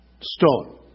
stone